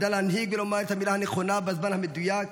ידע להנהיג ולומר את המילה הנכונה בזמן המדויק,